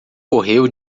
correu